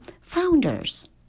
founders